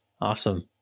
Awesome